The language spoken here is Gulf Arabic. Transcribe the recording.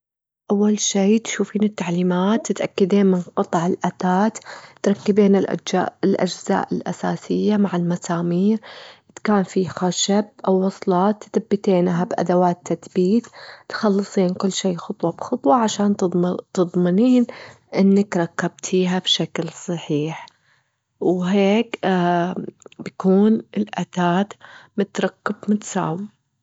أول شي تشوفين التعليمات، تتأكدين من قطع الأتات، تركبين الأجزاء- الأجزاء الأساسية مع المسامير، إذ كان في خشب أو وصلات تتبتينها بأدوات تتبيت، تخلصين كل شي خطوة بخطوة عشان تضمنين- تضمنين إنك ركبتيها بشكل صحيح، وهيك بكون الاتات متركب متساوي.